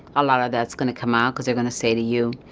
a lot of that's going to come out because they're going to say to you,